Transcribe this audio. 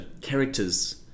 characters